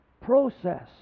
process